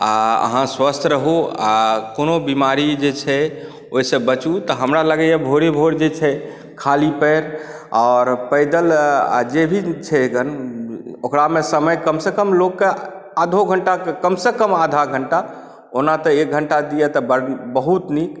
आओर अहाँ स्वस्थ रहू आ कोनो बीमारी जे छै ओहिसँ बचू तऽ हमरा लगैए भोरे भोर जे छै ख़ाली पाएर आओर पैदल आओर जे भी छै ओकरामे समय कमसँ कम लोकके आधो घण्टा कमसँ कम आधा घण्टा ओना तऽ एक घण्टा दिअ तऽ बहुत नीक